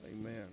Amen